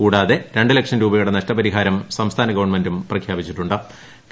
കൂടാതെ ര ുലക്ഷം രൂപയുടെ നഷ്ടപരിഹാരം സംസ്ഥാന ഗവൺമെന്റും പ്രഖ്യാപിച്ചിട്ടു ്